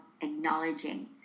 acknowledging